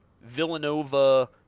Villanova